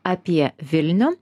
apie vilnių